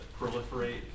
proliferate